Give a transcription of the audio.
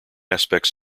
aspects